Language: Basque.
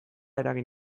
eragin